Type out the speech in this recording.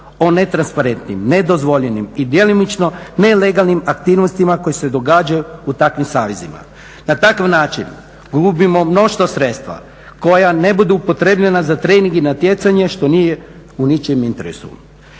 o netransparentnim, nedozvoljenim i djelomično nelegalnim aktivnostima koje se događaju u takvim savezima. Na takav način gubimo mnoštvo sredstva koja ne budu upotrjebljena za trening i natjecanje što nije u ničijem interesu.